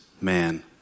man